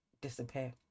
disappear